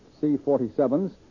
C-47s